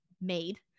made